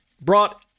brought